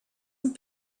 and